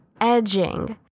edging